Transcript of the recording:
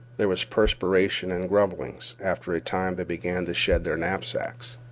there was perspiration and grumblings. after a time they began to shed their knapsacks.